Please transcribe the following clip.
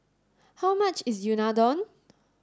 how much is Unadon